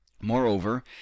moreover